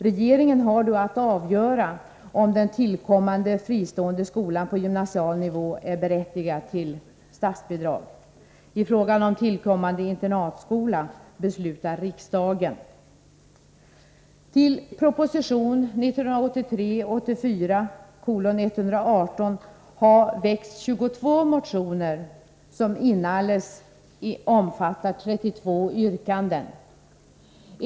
Regeringen har då att avgöra om den nytillkommande fristående skolan på gymnasial nivå är berättigad till statsbidrag. I fråga om tillkommande internatskola beslutar riksdagen. Med anledning av proposition 1983/84:118 har väckts 22 motioner, som inalles omfattar 32 yrkanden.